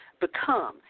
become